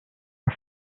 are